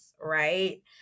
right